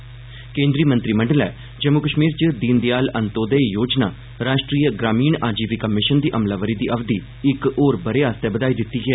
केंद्री मंत्रीमंडलै जम्मू कष्मीर च दीनदयाल अंतोदय योजना राश्ट्रीय ग्रामीण आजीविका मिषन दी अमलावरी दी अवधि इक होर ब'रे लेई बधाई दित्ती ऐ